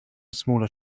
smaller